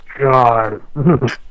God